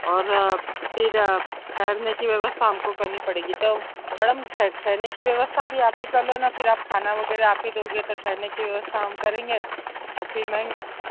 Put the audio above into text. और फिर ठहरने की व्यवस्था हम को करनी पड़ेगी तब मैडम ठहरने की व्यवस्था भी आप ही कर लो ना फिर खाना वग़ैरह आप ही दोगे तो ठहरने की व्यवस्था हम करेंगे तो फिर महंगा